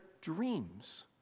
dreams